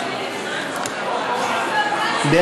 התשע"ח 2018, לוועדת הכנסת נתקבלה.